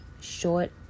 short